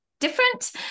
different